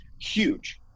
huge